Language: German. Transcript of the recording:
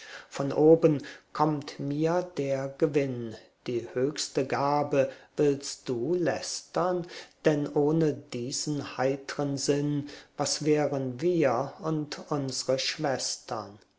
von oben kommt mir der gewinn die höchste gabe willst du lästern denn ohne diesen heitren sinn was wären wir und unsre schwestern